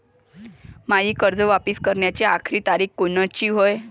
मायी कर्ज वापिस कराची आखरी तारीख कोनची हाय?